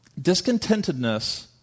Discontentedness